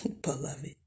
Beloved